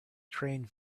trained